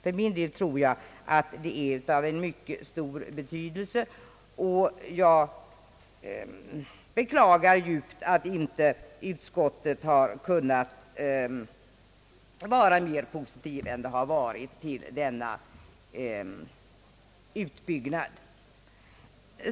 För min del tror jag att detta är av mycket stor betydelse, och jag beklagar djupt att utskottet inte har varit mer positivt inställt till denna utbyggnad.